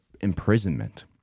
imprisonment